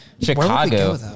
chicago